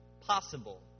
possible